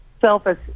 selfish